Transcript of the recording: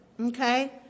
okay